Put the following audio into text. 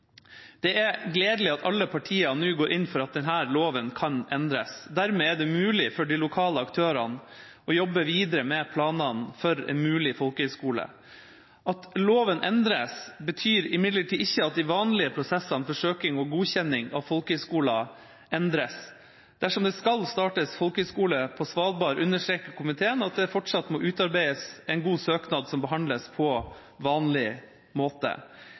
Det er gledelig at alle partier nå går inn for at loven kan endres. Dermed er det mulig for de lokale aktørene å jobbe videre med planene for en mulig folkehøyskole. At loven endres, betyr imidlertid ikke at de vanlige prosessene for søking og godkjenning av folkehøyskoler endres. Dersom det skal startes folkehøyskole på Svalbard, understreker komiteen at det fortsatt må utarbeides en god søknad, som behandles på vanlig måte.